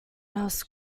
else